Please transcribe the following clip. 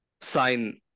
sign